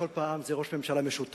כל פעם זה ראש ממשלה משותק,